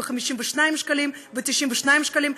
ו-52 שקלים ו-92 שקלים,